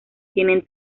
tienen